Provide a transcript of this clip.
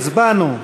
הצבענו,